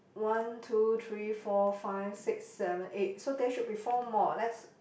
one two three four five six seven eight so there should be four more let's